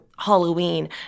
Halloween